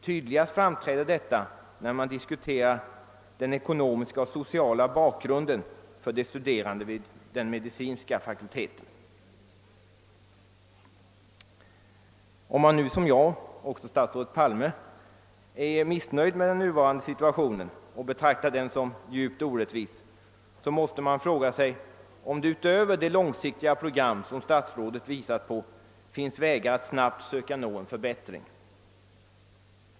Tydligast framträder detta, när man diskuterar den ekonomiska och sociala bakgrunden för de studerande vid den medicinska fakulteten. Om man nu som jag och statsrådet Palme är missnöjd med den nuvarande siutationen och betraktar den som djupt orättvis, måste man fråga sig, om det utöver det långsiktiga program som statsrådet visar på finns vägar att snabbt söka nå en förbättring.